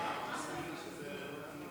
נתקבלו.